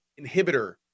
inhibitor